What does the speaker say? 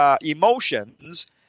emotions—